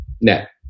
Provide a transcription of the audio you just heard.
net